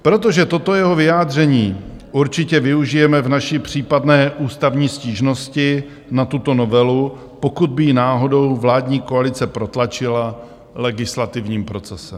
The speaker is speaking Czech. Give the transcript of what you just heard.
Protože toto jeho vyjádření určitě využijeme v naší případné ústavní stížnosti na tuto novelu, pokud by ji náhodou vládní koalice protlačila legislativním procesem.